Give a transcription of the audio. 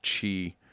Chi